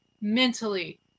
mentally